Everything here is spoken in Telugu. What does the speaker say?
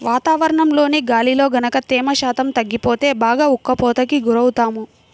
వాతావరణంలోని గాలిలో గనక తేమ శాతం తగ్గిపోతే బాగా ఉక్కపోతకి గురవుతాము